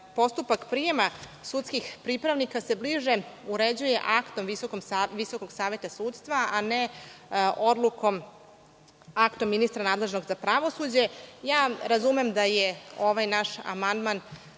postupak prijema sudskih pripravnika bliže uređuje aktom Visokog saveta sudstva, a ne aktom ministra nadležnog za pravosuđe. Razumem da je ovaj naš amandman